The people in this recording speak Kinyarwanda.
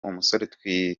umusore